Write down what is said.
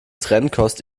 trennkost